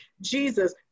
Jesus